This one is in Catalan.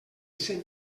cent